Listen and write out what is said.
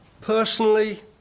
personally